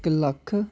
इक लक्ख